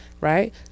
Right